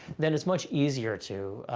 then it's much easier to